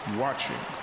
watching